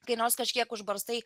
kai nors kažkiek užbarstai